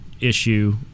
issue